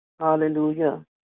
Hallelujah